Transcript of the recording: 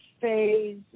phase